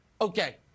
Okay